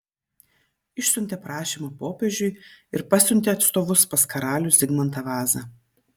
išsiuntė prašymą popiežiui ir pasiuntė atstovus pas karalių zigmantą vazą